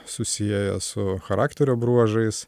susieja su charakterio bruožais